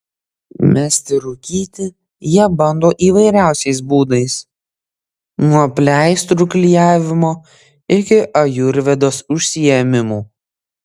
mesti rūkyti jie bando įvairiausiais būdais nuo pleistrų klijavimo iki ajurvedos užsiėmimų